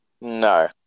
No